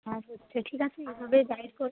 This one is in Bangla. হ্যাঁ ঠিক আছে এভাবেই গাইড করু